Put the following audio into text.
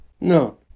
No